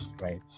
right